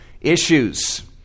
issues